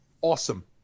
Awesome